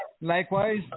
Likewise